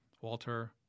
Walter